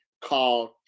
called